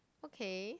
okay